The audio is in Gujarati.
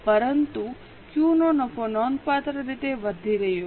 પરંતુ ક્યૂ નો નફો નોંધપાત્ર રીતે વધી રહ્યો છે